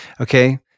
Okay